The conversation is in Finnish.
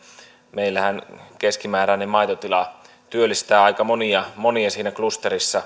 meillähän keskimääräinen maitotila työllistää aika monia henkilöitä siinä klusterissa